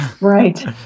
Right